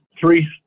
three